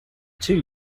two